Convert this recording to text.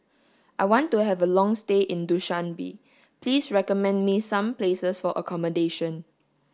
I want to have a long stay in Dushanbe please recommend me some places for accommodation